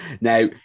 Now